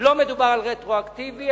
לא מדובר על רטרואקטיביות,